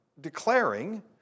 declaring